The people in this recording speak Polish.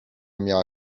miała